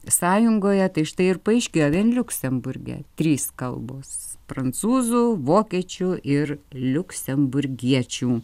sąjungoje tai štai ir paaiškėjo vien liuksemburge trys kalbos prancūzų vokiečių ir liuksemburgiečių